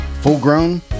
full-grown